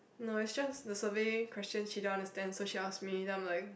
no it's just the survey questions she don't understand so she'll ask me then I'm like